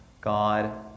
God